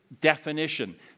definition